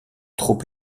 trop